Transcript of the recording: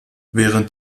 während